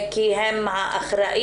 כי הם האחראים.